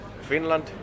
Finland